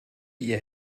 ihr